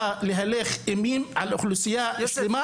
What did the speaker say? בא להלך אימים על אוכלוסייה שלמה.